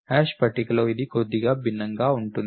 hash పట్టికలో ఇది కొద్దిగా భిన్నంగా ఉంటుంది